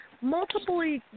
multiple